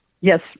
Yes